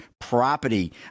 property